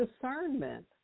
discernment